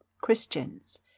Christians